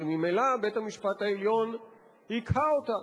הרי ממילא בית-המשפט העליון הקהה אותה.